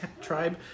tribe